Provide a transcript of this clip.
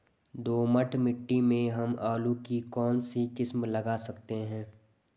दोमट मिट्टी में हम आलू की कौन सी किस्म लगा सकते हैं?